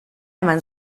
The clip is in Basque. eman